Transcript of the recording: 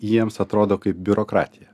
jiems atrodo kaip biurokratija